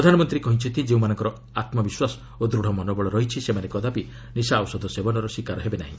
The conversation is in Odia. ପ୍ରଧାନମନ୍ତ୍ରୀ କହିଛନ୍ତି ଯେଉଁମାନଙ୍କର ଆତ୍ମ ବିଶ୍ୱାସ ଓ ଦୃଢ଼ ମନୋବଳ ରହିଛି ସେମାନେ କଦାପି ନିଶା ଔଷଧ ସେବନର ଶିକାର ହେବେ ନାହିଁ